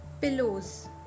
pillows